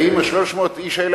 האם ה-300 איש הללו,